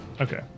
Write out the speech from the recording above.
Okay